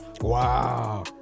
Wow